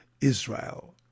Israel